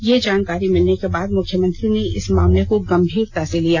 ये जानकारी मिलने के बाद मुख्यमंत्री ने इस मामले को गंभीरता से लिया